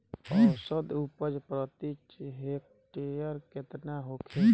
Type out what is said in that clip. औसत उपज प्रति हेक्टेयर केतना होखे?